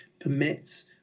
permits